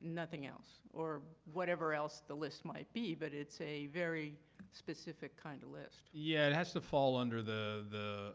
nothing else, or whatever else the list might be, but it is a very specific kind of list? yes, yeah it has to fall under the